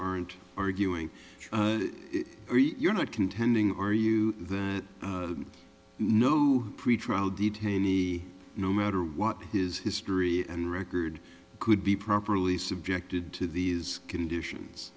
aren't arguing or you're not contending or you know pretrial detainee no matter what his history and record could be properly subjected to these conditions